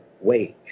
wage